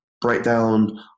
breakdown